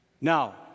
Now